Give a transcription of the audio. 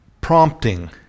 prompting